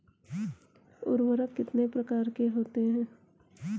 उर्वरक कितने प्रकार के होते हैं?